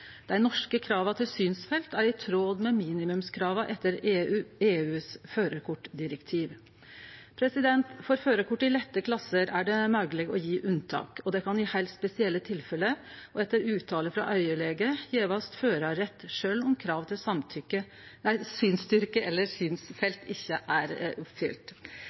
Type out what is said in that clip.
Dei norske krava til synsfelt er i tråd med minimumskrava etter EUs førarkortdirektiv. For førarkort i lette klasser er det mogleg å gje unntak, og det kan i heilt spesielle tilfelle og etter uttale frå augelege gjevast førarrett sjølv om krav til synsstyrke eller synsfelt ikkje er oppfylt.